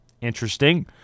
interesting